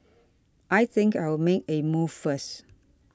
I think I'll make a move first